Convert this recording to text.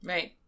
Right